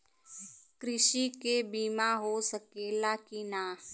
कृषि के बिमा हो सकला की ना?